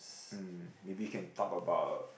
um maybe you can talk about